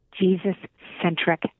Jesus-centric